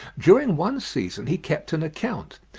during one season he kept an account,